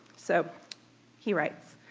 so he writes,